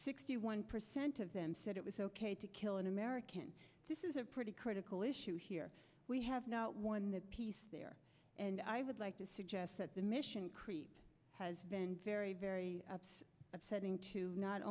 sixty one percent of them said it was ok to kill an american this is a pretty critical issue here we have not won the peace there and i would like to suggest that the mission creep has been very very upsetting to not